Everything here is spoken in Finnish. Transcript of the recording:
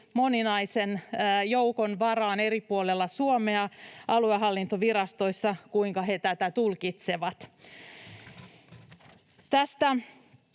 moninaisen joukon varaan eri puolilla Suomea aluehallintovirastoissa, kuinka he tätä tulkitsevat. Tästä